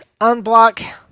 unblock